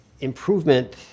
improvement